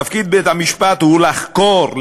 תפקיד בית-המשפט הוא לחקור,